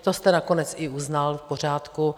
To jste nakonec i uznal, v pořádku.